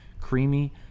creamy